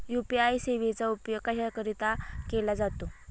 UPI सेवेचा उपयोग कशाकरीता केला जातो?